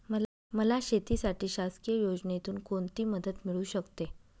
मला शेतीसाठी शासकीय योजनेतून कोणतीमदत मिळू शकते?